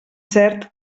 cert